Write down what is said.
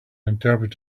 interpret